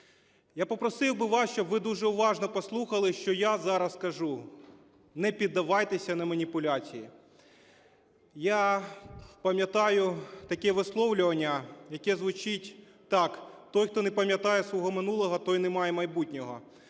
Я попросив би вас, щоб ви дуже уважно послухали, що я зараз кажу: не піддавайтеся на маніпуляції. Я пам'ятаю таке висловлювання, яке звучить так: "Той, хто не пам'ятає свого минулого, той не має майбутнього".